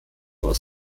aus